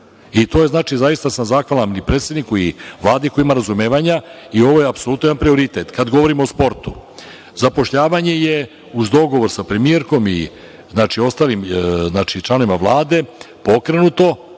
nije rađeno. Zaista sam zahvalan i predsedniku i Vladi, koja ima razumevanja i ovo je apsolutno jedan prioritet kada govorim o sportu. Zapošljavanje je, uz dogovor sa premijerkom i ostalim članovima Vlade, pokrenuto.